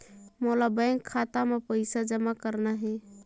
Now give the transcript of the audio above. मोला बैंक खाता मां पइसा जमा करना हे?